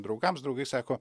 draugams draugai sako